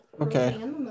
okay